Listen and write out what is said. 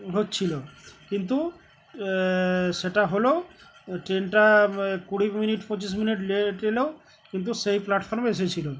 হচ্ছিলো কিন্তু সেটা হলেও ট্রেনটা কুড়ি মিনিট পঁচিশ মিনিট লেট এলেও কিন্তু সেই প্ল্যাটফর্মে এসেছিলো